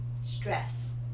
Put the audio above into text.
stress